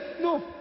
No